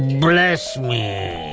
bless me.